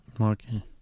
Okay